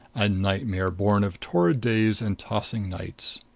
a nightmare born of torrid days and tossing nights!